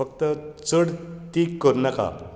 फक्त चड तीख करू नाका